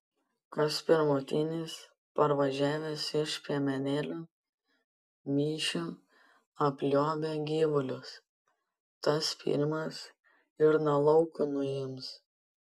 kas pirmutinis parvažiavęs iš piemenėlių mišių apliuobia gyvulius tas pirmas ir nuo laukų nuims